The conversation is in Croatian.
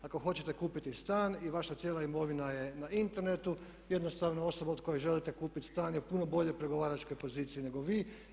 Ako hoćete kupiti stan i vaša cijela imovina je na internetu jednostavno osoba od koje želite kupiti stan je u puno boljoj pregovaračkoj poziciji nego vi.